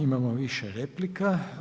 Imamo više replika.